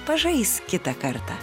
pažais kitą kartą